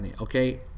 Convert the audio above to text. okay